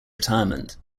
retirement